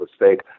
mistake